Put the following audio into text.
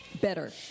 better